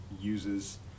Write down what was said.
uses